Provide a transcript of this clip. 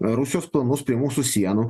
rusijos planus tai mūsų sienų